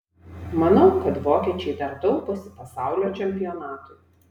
manau kad vokiečiai dar tauposi pasaulio čempionatui